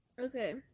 Okay